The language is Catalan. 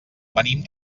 venim